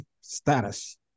status